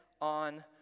on